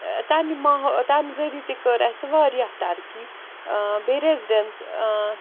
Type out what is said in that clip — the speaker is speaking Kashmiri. ٲں تَمہِ ماحو تَمہِ ذٔریعہِ تہِ کٔر اسہِ واریاہ ترقی ٲں بیٚیہِ ریٚزڈیٚنِس ٲں